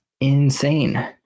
insane